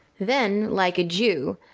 then, like a jew,